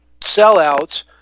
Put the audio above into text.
sellouts